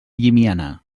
llimiana